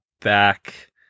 back